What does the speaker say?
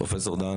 פרופסור דהן,